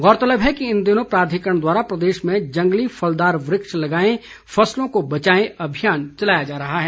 गौरतलब है कि इन दिनों प्राधिकरण द्वारा प्रदेश में जंगली फलदार वृक्ष लगाएं फसलों को बचाएं अभियान चलाया जा रहा है